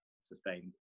sustained